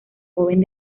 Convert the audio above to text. joven